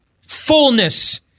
Fullness